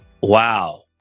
Wow